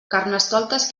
carnestoltes